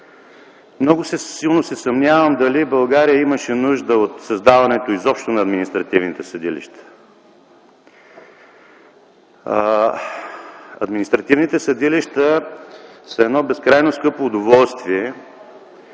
Много силно се съмнявам дали България имаше нужда от създаване изобщо на административните съдилища. Административните съдилища са едно безкрайно скъпо удоволствие,